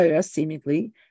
Seemingly